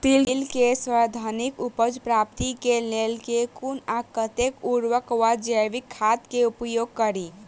तिल केँ सर्वाधिक उपज प्राप्ति केँ लेल केँ कुन आ कतेक उर्वरक वा जैविक खाद केँ उपयोग करि?